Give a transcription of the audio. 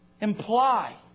imply